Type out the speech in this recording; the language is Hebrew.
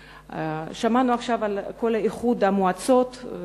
שמענו עכשיו על כל איחוד המועצות,